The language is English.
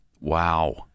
wow